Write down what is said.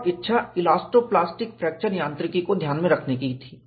और इच्छा elasto plastic fracture यांत्रिकी ध्यान में रखने की थी